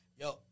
yo